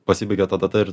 pasibaigia ta data ir